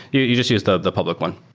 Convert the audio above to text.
you you just use the the public one.